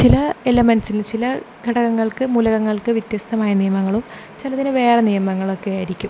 ചില എലമെൻസിൽ ചില ഘടകങ്ങൾക്ക് മൂലകങ്ങൾക്ക് വ്യത്യസ്തമായ നിയമങ്ങളും ചിലതിന് വേറെ നിയമങ്ങളൊക്കെ ആയിരിക്കും